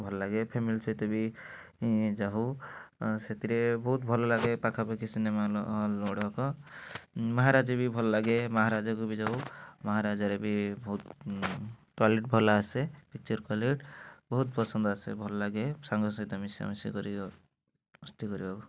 ଭଲ ଲାଗେ ଫ୍ୟାମିଲି ସହିତ ବି ଯାଉ ସେଥିରେ ବହୁତ ଭଲ ଲାଗେ ପାଖାପାଖି ସିନେମା ହଲ୍ ହଲ୍ ଗୁଡ଼ାକ ମହାରାଜା ବି ଭଲ ଲାଗେ ମହାରାଜା ବି ଯାଉ ମହାରାଜାରେ ବି ବହୁତ କ୍ୱାଲିଟି ଭଲ ଆସେ ପିକ୍ଚର୍ କ୍ୱାଲିଟି ବହୁତ ପସନ୍ଦ ଆସେ ଭଲ ଲାଗେ ସାଙ୍ଗସାଥି ମିଶାମିଶି କରିବାକୁ ମସ୍ତି କରିବାକୁ